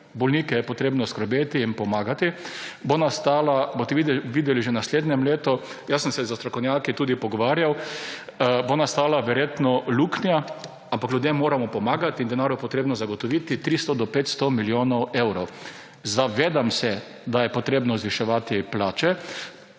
bolnike je je potrebno skrbeti, jim pomagati, bo nastala, boste videli že v naslednjem letu, jaz sem se s strokovnjaki tudi pogovarjal, bo nastala verjetno luknja, ampak ljudem moramo pomagati in denar bo potrebno zagotoviti, 300 do 500 milijonov evrov. zavedam se, da je potrebno zviševati plače,